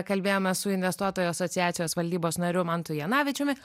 kalbėjome su investuotojų asociacijos valdybos nariu mantu janavičiumi